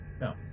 No